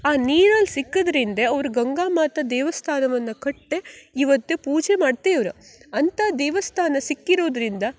ಆ ನೀರಲ್ಲಿ ಸಿಕ್ಕದ್ರಿಂದ ಅವ್ರು ಗಂಗಾ ಮಾತಾ ದೇವಸ್ಥಾನವನ್ನು ಕಟ್ಟಿ ಇವತ್ತು ಪೂಜೆ ಮಾಡ್ತಿವ್ರು ಅಂತ ದೇವಸ್ಥಾನ ಸಿಕ್ಕಿರುದರಿಂದ